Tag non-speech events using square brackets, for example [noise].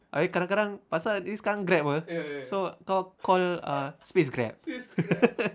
abeh kadang-kadang pasal ni sekarang Grab [pe] so kau call uh space Grab [laughs]